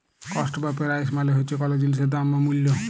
cost বা price মালে হছে কল জিলিসের দাম বা মূল্য